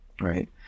right